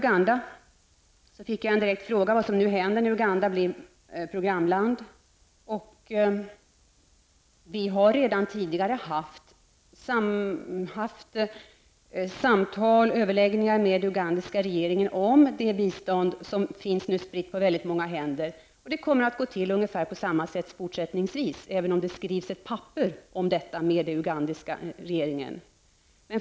Jag fick en direkt fråga vad som händer när Uganda blir programland. Vi har redan tidigare haft samtal och överläggningar med ugandiska regeringen om det bistånd som nu finns spritt på många händer. Det kommer att gå till på samma sätt fortsättningsvis, även om det skrivs ett papper om detta med den ugandiska regeringen.